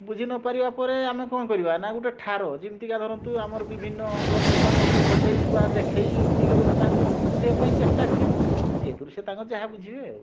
ବୁଝି ନ ପାରିବା ପରେ ଆମେ କ'ଣ କରିବା ନା ଗୋଟେ ଠାର ଯେମିତିକା ଧରନ୍ତୁ ଆମର ବିଭିନ୍ନ ଅଙ୍ଗପ୍ରତ୍ୟଙ୍ଗକୁ ହଲେଇ ବା ଦେଖେଇ ଏମିତି ତାଙ୍କୁ ବୁଝାଇବା ପାଇଁ ଚେଷ୍ଟା କରିବା ସେଥିରୁ ସେ ତାଙ୍କର ଯାହା ବୁଝିବେ ଆଉ